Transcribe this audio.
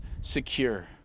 secure